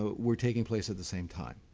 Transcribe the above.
ah were taking place at the same time.